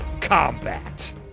combat